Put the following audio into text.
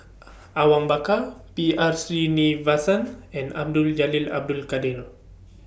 Awang Bakar B R Sreenivasan and Abdul Jalil Abdul Kadir